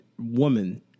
woman